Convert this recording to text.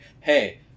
hey